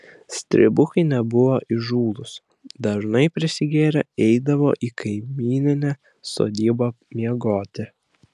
stribukai nebuvo įžūlūs dažnai prisigėrę eidavo į kaimyninę sodybą miegoti